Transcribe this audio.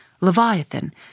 Leviathan